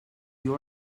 you